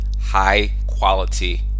high-quality